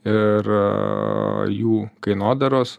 ir jų kainodaros